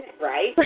Right